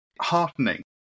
heartening